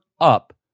up